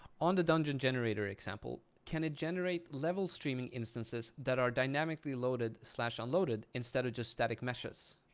on the dungeon generator example, can it generate level streaming instances that are dynamically loaded slash unloaded instead of just static meshes?